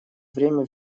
время